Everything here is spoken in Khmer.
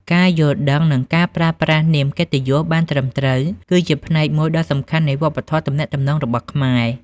ការយល់ដឹង និងការប្រើប្រាស់នាមកិត្តិយសបានត្រឹមត្រូវ គឺជាផ្នែកមួយដ៏សំខាន់នៃវប្បធម៌ទំនាក់ទំនងរបស់ខ្មែរ។